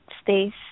space